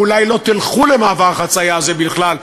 ואולי לא תלכו למעבר החציה הזה בכלל,